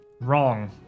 wrong